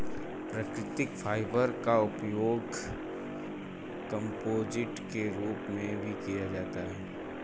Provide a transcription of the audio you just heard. प्राकृतिक फाइबर का उपयोग कंपोजिट के रूप में भी किया जाता है